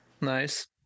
Nice